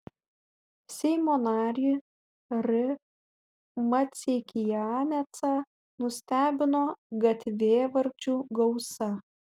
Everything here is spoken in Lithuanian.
seimo narį r maceikianecą nustebino gatvėvardžių gausa